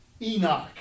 Enoch